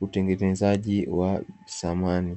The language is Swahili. utengenezaji wa samani.